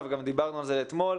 דיברנו על זה אתמול.